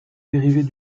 dérivées